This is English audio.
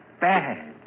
bad